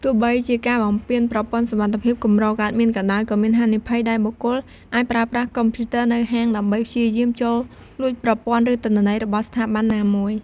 ទោះបីជាការបំពានប្រព័ន្ធសុវត្ថិភាព កម្រកើតមានក៏ដោយ ក៏មានហានិភ័យដែលបុគ្គលអាចប្រើប្រាស់កុំព្យូទ័រនៅហាងដើម្បីព្យាយាមចូលលួចប្រព័ន្ធ ឬទិន្នន័យរបស់ស្ថាប័នណាមួយ។